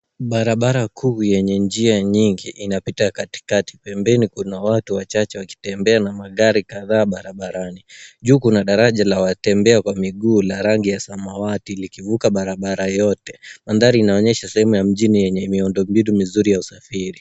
Barabara kuu yenye njia nyingi inapita katikati, pembeni kuna watu wachache wakitembea na magari kadhaa barabarani, juu kuna daraja la watembea kwa miguu la rangi ya samawati likivuka barabara yote. Mandhari inaonyesha sehemu ya mjini lenye miundombinu mizuri ya usafiri.